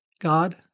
God